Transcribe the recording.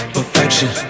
Perfection